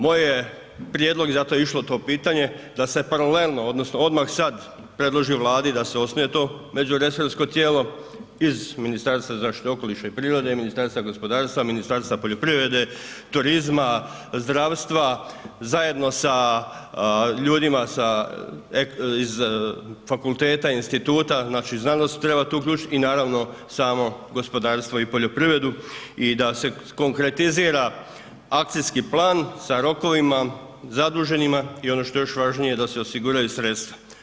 Moj je prijedlog i zato je išlo to pitanje da se paralelno odnosno odmah sad predloži Vladi da se osnuje to međuresorsko tijelo iz Ministarstva zaštite okoliša i prirode i Ministarstva gospodarstva, Ministarstva poljoprivrede, turizma, zdravstva zajedno sa ljudima sa iz fakulteta, instituta znači znanost treba tu uključiti i naravno samo gospodarstvo i poljoprivredu i da se konkretizira akcijski plan sa rokovima zaduženima i ono što je još važnije da se osiguraju sredstva.